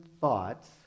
thoughts